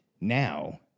now